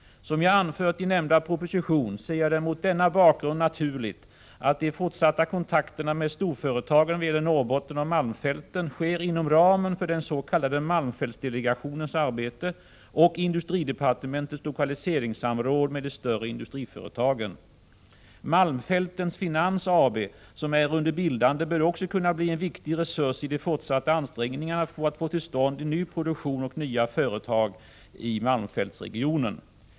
Som jag anfört i nämnda proposition ser jag det mot denna bakgrund som naturligt att de fortsatta kontakterna med storföretagen vad gäller Norrbotten och malmfälten sker inom ramen för den s.k. malmfältsdelegationens arbete och industridepartementets lokalise ringssamråd med de större industriföretagen. Malmfältens Finans AB, som är under bildande, bör också kunna bli en viktig resurs i de fortsatta ansträngningarna för att få till stånd ny produktion och nya företag i malmfältsregionen.